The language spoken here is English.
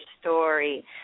story